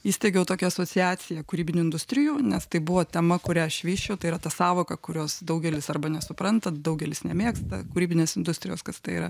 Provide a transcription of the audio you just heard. įsteigiau tokia asociacija kūrybinių industrijų nes tai buvo tema kurią aš vysčiau tai yra ta sąvoka kurios daugelis arba nesupranta daugelis nemėgsta kūrybinės industrijos kad tai yra